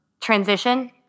transition